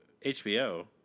HBO